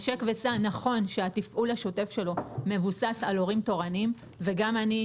נכון שהתפעול השוטף של 'נשק וסע' מבוסס על הורים תורנים וגם אני,